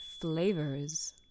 Flavors